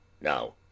now